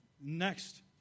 Next